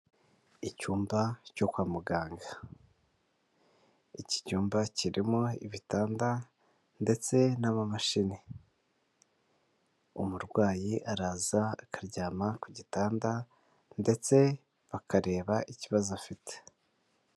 Icyumba cyo kwa muganga, iki cyumba kirimo ibitanda ndetse n'amamashini, umurwayi araza akaryama ku gitanda ndetse bakareba ikibazo afite.